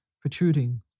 protruding